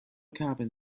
carbon